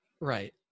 right